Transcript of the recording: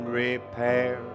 repair